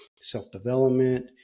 self-development